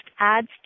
adds